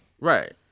Right